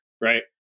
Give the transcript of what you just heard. right